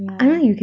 yeah